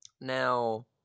Now